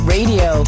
Radio